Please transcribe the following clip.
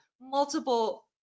multiple